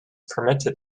permitted